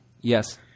Yes